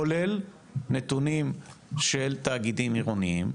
כולל נתונים של תאגידים עירוניים,